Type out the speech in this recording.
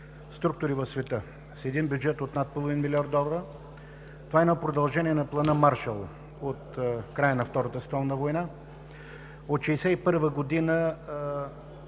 структури в света с един бюджет от над половин милиард долара. Това е едно продължение на Плана „Маршал“ от края на Втората световна война. От 1961 г.